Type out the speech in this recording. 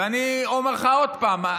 ואני אומר לך עוד פעם,